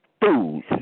fools